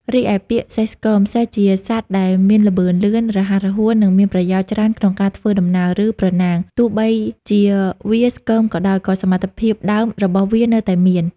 រីឯ ពាក្យ "សេះស្គម" សេះជាសត្វដែលមានល្បឿនលឿន រហ័សរហួន និងមានប្រយោជន៍ច្រើនក្នុងការធ្វើដំណើរ ឬប្រណាំង ទោះបីជាវាស្គមក៏ដោយ ក៏សមត្ថភាពដើមរបស់វានៅតែមាន។